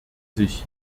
sich